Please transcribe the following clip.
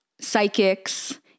psychics